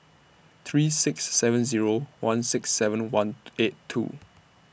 three six seven Zero one six seven one eight two